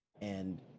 And-